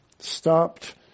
Stopped